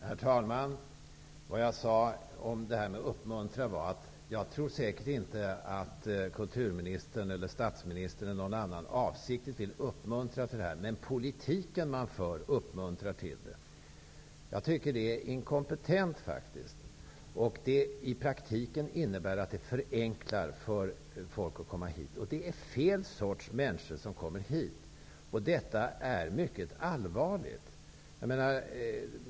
Herr talman! Det jag sade om uppmuntran var att jag inte tror att kulturministern, statsministern eller någon annan avsiktligt vill uppmuntra till detta. Men politiken man för uppmuntrar till detta. Jag tycker faktiskt att det är inkompetent. I praktiken innebär det att det förenklar för människor att komma hit, och det är fel sorts människor som kommer hit. Detta är mycket allvarligt.